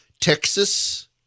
Texas